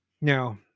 Now